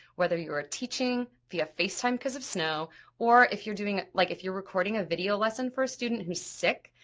whether you're teaching via facetime because of snow or if you're doing like if you're recording a video lesson for a student who's sick,